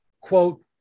quote